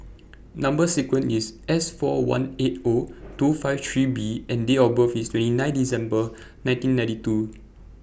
Number sequence IS S four one eight Zero two five three B and Date of birth IS twenty nine December nineteen ninety two